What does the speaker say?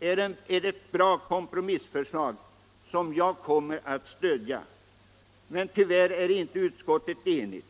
är ett bra kompromissförslag, som jag kommer att stödja, men tyvärr är utskottet inte enigt.